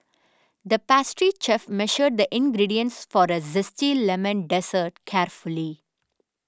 the pastry chef measured the ingredients for a Zesty Lemon Dessert carefully